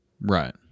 Right